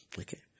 Okay